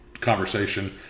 conversation